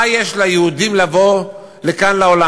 מה יש ליהודים לבוא לכאן מהעולם?